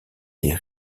des